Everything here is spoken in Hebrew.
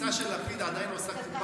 הגיסה של לפיד עדיין עושה קופה,